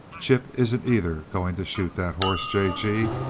chip isn't either going to shoot that horse, j. g.